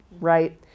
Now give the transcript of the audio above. right